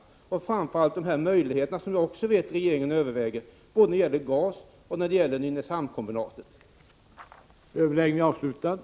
Jag tänker framför allt på de alternativa möjligheterna — som jag vet att regeringen också överväger —, både den gasbaserade produktionen och produktionen inom Nynäshamnskombinatet.